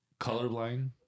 Colorblind